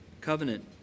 Covenant